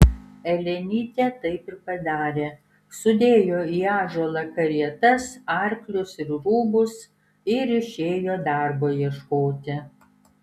elenytė taip ir padarė sudėjo į ąžuolą karietas arklius ir rūbus ir išėjo darbo ieškoti